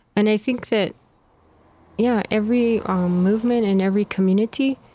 and i think that yeah every um movement in every community,